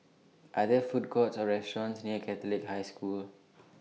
Are There Food Courts Or restaurants near Catholic High School